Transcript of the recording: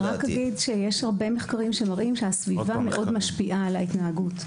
אני רק אגיד שיש הרבה מחקרים שמראים שסביבה מאוד משפיעה על ההתנהגות.